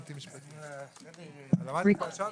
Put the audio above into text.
ננעלה בשעה